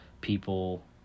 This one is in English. People